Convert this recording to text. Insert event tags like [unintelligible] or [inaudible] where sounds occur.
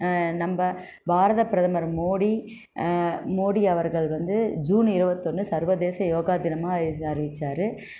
நம்ப பாரத பிரதமர் மோடி மோடி அவர்கள் வந்து ஜூன் இருவத்தொன்று சர்வதேச யோகா தினமாக [unintelligible] அறிவித்தாரு